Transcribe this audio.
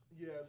Yes